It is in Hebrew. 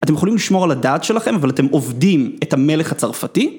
אתם יכולים לשמור על הדעת שלכם, אבל אתם עובדים את המלך הצרפתי?